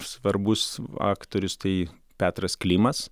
svarbus aktorius tai petras klimas